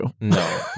No